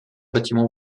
bâtiment